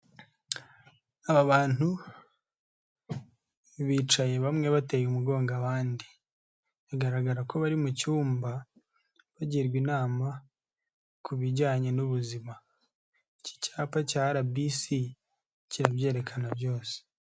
Aba bantu bicaye bamwe bateye umugongo abandi hagaragara ko bari mu cyumba bagirwa inama kubijyanye n'ubuzima. Iki cyapa cya RBC, kirabyerekana byose.